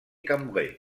cambrai